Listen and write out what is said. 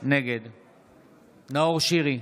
נגד נאור שירי,